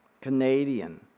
Canadian